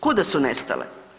Kuda su nestale?